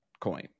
coin